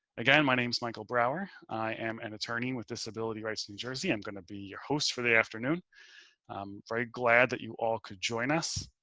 again, my name is michael brower. i am an and attorney with disability rights in jersey. i'm going to be your host for the afternoon. i'm very glad that you all could join us.